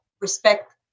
respect